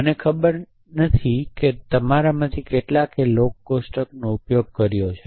મને નથી ખબર કે તમારામાંથી કેટલાએ લોગ કોષ્ટકોનો ઉપયોગ કર્યો છે